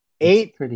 Eight